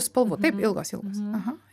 spalvų taip ilgos ilgos aha